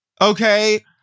okay